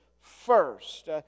first